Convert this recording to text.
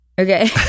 Okay